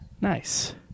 Nice